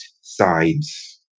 sides